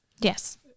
Yes